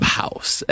house